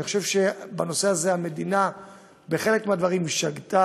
אני חושב שבנושא הזה המדינה בחלק מהדברים שגתה,